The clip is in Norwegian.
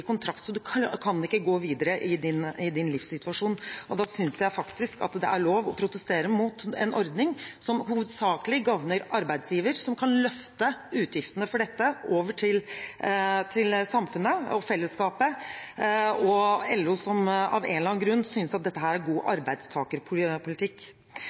Da synes jeg faktisk det er lov å protestere mot en ordning som hovedsakelig gagner arbeidsgiver, som kan løfte utgiftene for dette over til samfunnet og fellesskapet og LO, som av en eller annen grunn synes at dette er god arbeidstakerpolitikk.